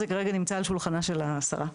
זה כרגע נמצא על שולחנה של השרה,